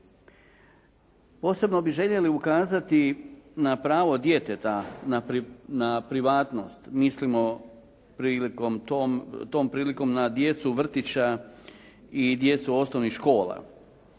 Posebno bi željeli ukazati na pravo djeteta na privatnost, mislimo tom prilikom na djecu vrtića i djecu osnovnih škola.